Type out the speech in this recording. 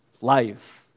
life